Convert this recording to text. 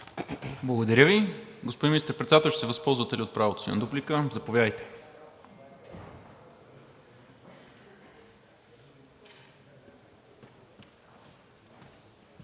Благодаря Ви. Господин Министър-председател, ще се възползвате ли от правото на дуплика? Заповядайте.